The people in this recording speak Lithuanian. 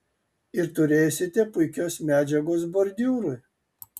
ir turėsite puikios medžiagos bordiūrui